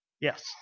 Yes